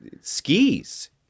skis